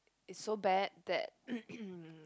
is so bad that